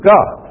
God